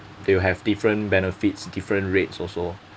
they'll have different benefits different rates also